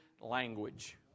language